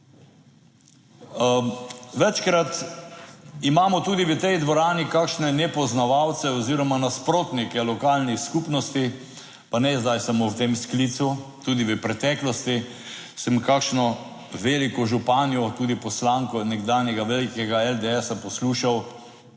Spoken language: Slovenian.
Večkrat imamo tudi v tej dvorani kakšne nepoznavalce oziroma nasprotnike lokalnih skupnosti, pa ne zdaj samo v tem sklicu, tudi v preteklosti sem kakšno veliko županjo, tudi poslanko nekdanjega velikega LDS poslušal,